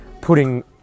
putting